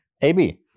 AB